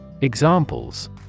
Examples